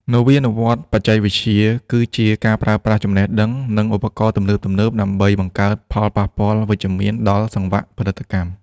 នវានុវត្តន៍បច្ចេកវិទ្យាគឺជាការប្រើប្រាស់ចំណេះដឹង និងឧបករណ៍ទំនើបៗដើម្បីបង្កើតផលប៉ះពាល់វិជ្ជមានដល់សង្វាក់ផលិតកម្ម។